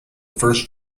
first